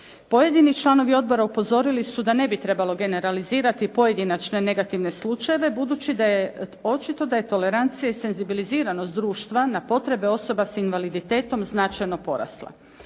Pojedini članovi odbora upozorili su da ne bi trebalo generalizirati pojedinačne negativne slučajeve budući da je očito da je tolerancija i senzibiliziranost društva na potrebe osoba s invaliditetom značajno porasla.